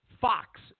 Fox